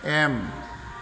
M